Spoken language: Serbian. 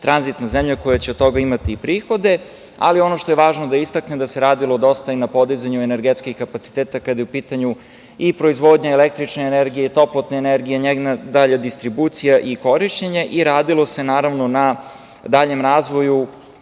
tranzitna zemlja koja će od toga imati prihode. Ono što je važno da istaknem da se radilo dosta i na podizanju energetskih kapaciteta kada je u pitanju proizvodnja električne energije, toplotne energije i njena dalja distribucija i korišćenje, i radilo se naravno na daljem razvoju